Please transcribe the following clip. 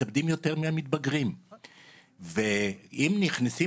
הם מתאבדים יותר מהמתבגרים ואם נכנסים